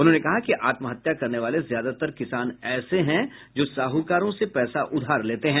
उन्होंने कहा कि आत्महत्या करने वाले ज्यादातर किसान ऐसे हैं जो साहूकारों से पैसा उधार लेते हैं